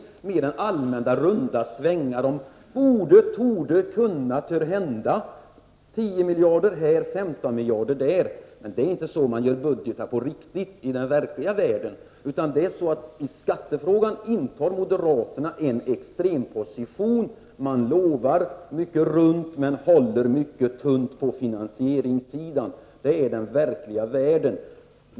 Jag har bara hittat allmänna runda svängar med borde, torde, kunna, törhända, 10 miljarder här och 15 miljarder där. Det är inte så man gör en budget på riktigt i den verkliga världen. I skattefrågan intar moderaterna en extremposition. Ni lovar mycket runt men håller mycket tunt på finansieringssidan. Det är den verkliga världen.